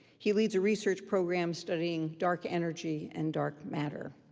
he leads a research program studying dark energy and dark matter.